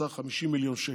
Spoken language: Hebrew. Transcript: בסך 50 מיליון שקל.